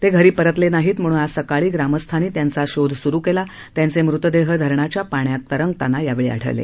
ते घरी परतले नाहीत म्हणून आज सकाळी ग्रामस्थांनी त्यांचा शोध सूरू केल्यावर त्यांचे मृतदेह धरणाच्या पाण्यात तरंगताना आढळले